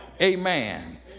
Amen